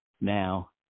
Now